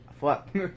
fuck